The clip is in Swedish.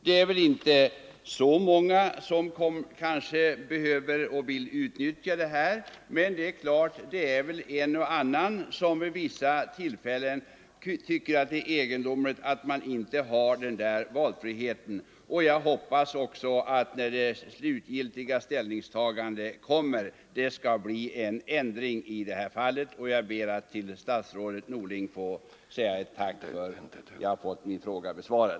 Det är väl inte så många som behöver och vill utnyttja en sådan möjlighet, men det är en och annan som vid vissa tillfällen tycker att det är egendomligt att man inte har denna valfrihet. Jag hoppas att det skall bli en ändring i det här fallet när det slutgiltiga ställningstagandet kommer, och jag ber att ännu en gång få tacka statsrådet Norling för att jag har fått min fråga besvarad.